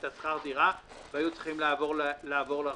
שכר דירה והיו צריכים לעבור לרחוב,